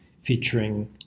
featuring